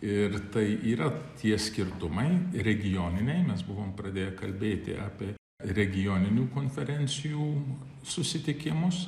ir tai yra tie skirtumai regioniniai mes buvom pradėję kalbėti apie regioninių konferencijų susitikimus